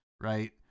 right